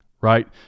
right